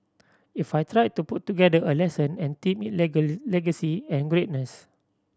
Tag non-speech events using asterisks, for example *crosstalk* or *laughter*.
if I tried to put together a lesson and themed it *unintelligible* legacy and greatness